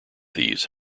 these